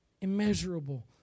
Immeasurable